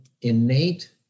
innate